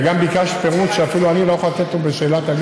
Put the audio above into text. וגם ביקשת פירוט שאני לא יכול לתת אותו בשאלת,